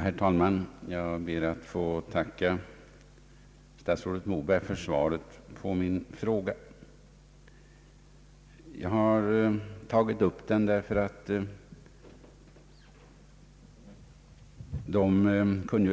Herr talman! Jag ber att få tacka statsrådet Moberg för svaret på min fråga. Jag har tagit upp den här saken därför att